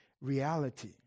Reality